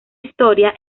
historia